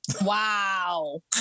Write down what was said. wow